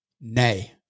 nay